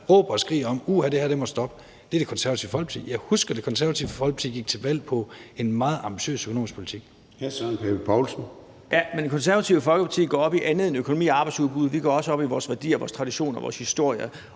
råber og skriger om, at det må stoppe, Det Konservative Folkeparti. Jeg husker, at Det Konservative Folkeparti gik til valg på en meget ambitiøs økonomisk politik. Kl. 13:57 Formanden (Søren Gade): Hr. Søren Pape Poulsen. Kl. 13:57 Søren Pape Poulsen (KF): Ja, men Det Konservative Folkeparti går op i andet end økonomi og arbejdsudbud – vi går også op i vores værdier, vores traditioner og vores historie